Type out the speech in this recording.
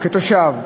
תושב,